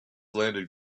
landed